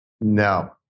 No